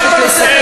אי-אפשר לדבר?